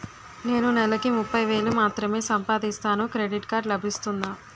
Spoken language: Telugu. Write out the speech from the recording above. నేను నెల కి ముప్పై వేలు మాత్రమే సంపాదిస్తాను క్రెడిట్ కార్డ్ లభిస్తుందా?